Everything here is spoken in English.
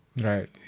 Right